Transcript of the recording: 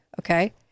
Okay